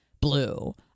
blue